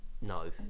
No